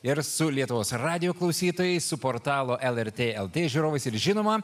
ir su lietuvos radijo klausytojais su portalo lrt ltv žiūrovais ir žinoma